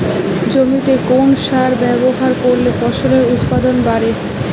জমিতে কোন সার ব্যবহার করলে ফসলের উৎপাদন বাড়ে?